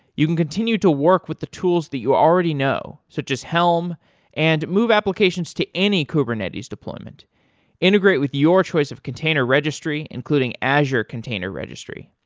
you can continue to work with the tools that you already know, so just helm and move applications to any kubernetes deployment integrate with your choice of container registry, including azure container registry.